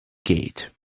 gait